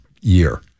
year